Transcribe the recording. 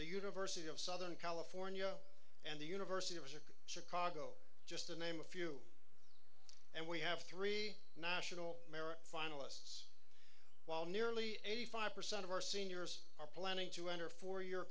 university of southern california and the university of chicago chicago just to name a few and we have three national merit finalists while nearly eighty five percent of our seniors are planning to enter four year